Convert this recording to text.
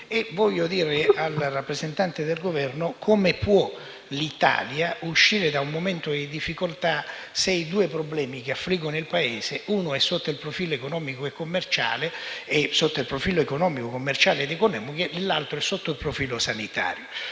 Voglio chiedere al rappresentante del Governo come possa l'Italia uscire da un momento di difficoltà se i due problemi che affliggono il Paese sono uno sotto il profilo economico e commerciale e l'altro sotto il profilo sanitario.